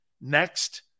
next